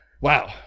Wow